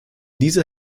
diese